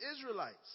Israelites